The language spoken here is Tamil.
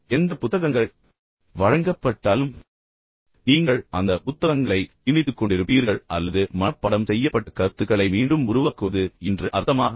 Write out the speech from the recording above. உங்களுக்கு எந்த புத்தகங்கள் வழங்கப்பட்டாலும் நீங்கள் அந்த புத்தகங்களை திணித்துக் கொண்டிருப்பீர்கள் என்று அர்த்தமா அல்லது மனப்பாடம் செய்யப்பட்ட கருத்துக்களை புத்திசாலித்தனமாக மீண்டும் உருவாக்குவது என்று அர்த்தமா